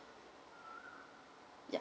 ya